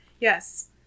yes